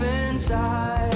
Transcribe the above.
inside